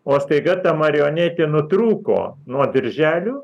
o staiga ta marionetė nutrūko nuo dirželių